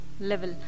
level